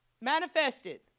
Manifested